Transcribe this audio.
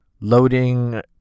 loading